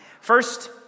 First